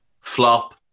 flop